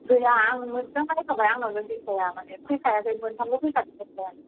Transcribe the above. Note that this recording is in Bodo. गैयै आं मोजां नायखाबाय आंनावनो गैखाया माने फैखायाखै मोनथामल' फैखादों